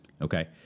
Okay